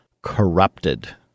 corrupted